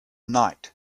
night